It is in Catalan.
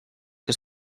que